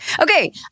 Okay